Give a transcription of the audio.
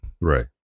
Right